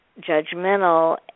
judgmental